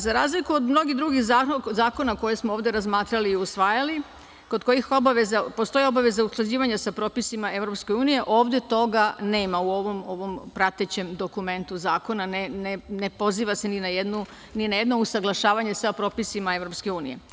Za razliku od mnogih drugih zakona koje smo ovde razmatrali i usvajali, kod kojih postoji obaveza utvrđivanja sa propisima EU ovde toga nema u ovom pratećem dokumentu zakona, ne poziva se ni na jedno usaglašavanje sa propisima EU.